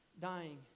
dying